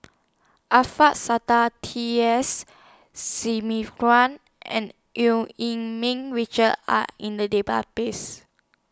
Alfian Sa'at T S and EU Yee Ming Richard Are in The Database